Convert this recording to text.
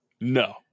No